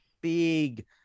big